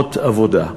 מקומות עבודה.